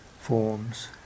forms